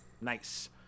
Nice